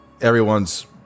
everyone's